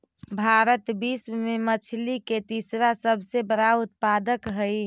भारत विश्व में मछली के तीसरा सबसे बड़ा उत्पादक हई